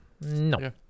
No